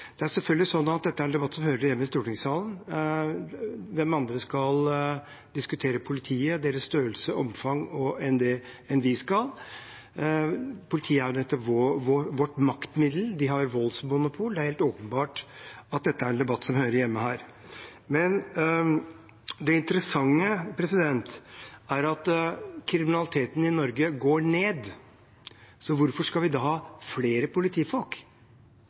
Dette er selvfølgelig en debatt som hører hjemme i stortingssalen. Hvem andre skal diskutere politiet – størrelse og omfang – enn oss? Politiet er nettopp vårt maktmiddel; de har voldsmonopol. Det er helt åpenbart at dette er en debatt som hører hjemme her. Det interessante er at kriminaliteten i Norge går ned, så hvorfor skal vi da ha flere politifolk?